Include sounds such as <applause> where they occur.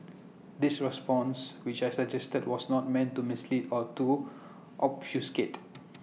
this response which I suggested was not meant to mislead or to obfuscate <noise>